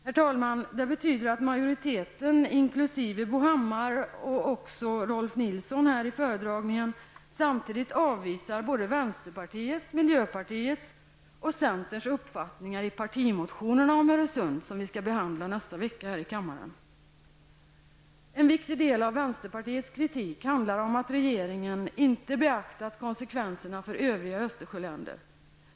Rolf L Nilson i föredragningen här, samtidigt avvisar vänsterpartiets, miljöpartiets och centerns uppfattningar i de partimotioner om Öresundsbron som vi skall behandla nästa vecka här i kammaren. En viktig del av vänsterpartiets kritik handlar om att regeringen inte har beaktat konsekvenserna för övriga Östersjöländer.